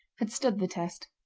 had stood the test.